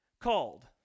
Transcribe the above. called